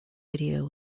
video